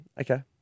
okay